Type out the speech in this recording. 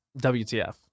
WTF